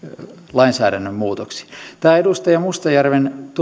lainsäädännön muutoksiin tämä edustaja mustajärven tuoma